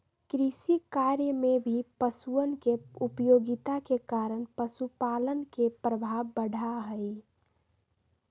कृषिकार्य में भी पशुअन के उपयोगिता के कारण पशुपालन के प्रभाव बढ़ा हई